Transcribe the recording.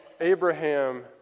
Abraham